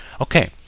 Okay